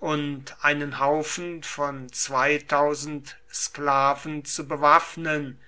und einen haufen von sklaven zu bewaffnen